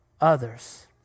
others